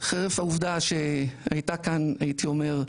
חרף העובדה שהייתה כאן הייתי אומר,